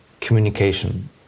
communication